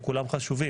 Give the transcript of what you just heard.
הם כולם חשובים.